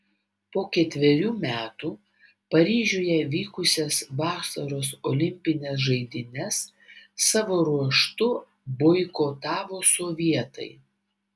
po ketverių metų paryžiuje vykusias vasaros olimpines žaidynes savo ruožtu boikotavo sovietai